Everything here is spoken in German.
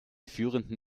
führenden